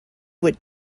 would